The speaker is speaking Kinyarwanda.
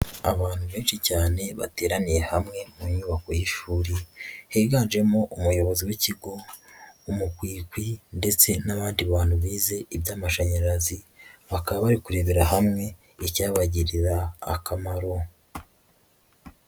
Abantu benshi cyane bateraniye hamwe mu nyubako y'ishuri higanjemo umuyobozi w'ikigo, umukwikwi ndetse n'abandi bantu bize iby'amashanyarazi, bakaba bari kurebera hamwe icyabagirira akamaro.